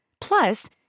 Plus